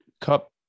Cup